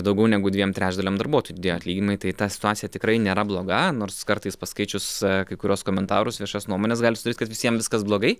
daugiau negu dviem trečdaliam darbuotoj atlyginimai tai ta situacija tikrai nėra bloga nors kartais paskaičius kai kuriuos komentarus viešas nuomones gali sudaryt kad visiems viskas blogai